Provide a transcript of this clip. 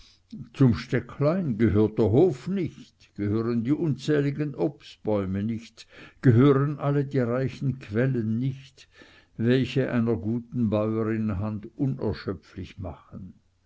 zum stöcklein gehört der hof nicht gehören die unzähligen obstbäume nicht gehören alle die reichen quellen nicht welche einer guten bäurin hand unerschöpflich machen